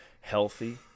healthy